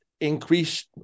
increase